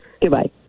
Goodbye